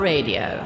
Radio